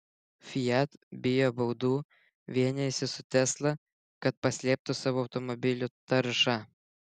fiat bijo baudų vienijasi su tesla kad paslėptų savo automobilių taršą